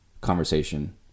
Conversation